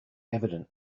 evident